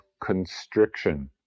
constriction